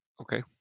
Okay